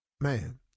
Man